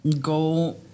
Go